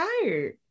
tired